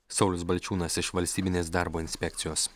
saulius balčiūnas iš valstybinės darbo inspekcijos